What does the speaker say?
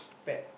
pet